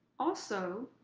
also,